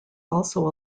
also